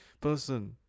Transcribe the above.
person